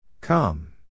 come